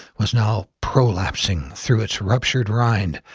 was now prolapsing through its ruptured rind,